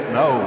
no